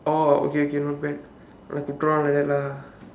oh okay okay not bad have to draw like that lah